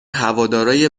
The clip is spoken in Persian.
هوادارای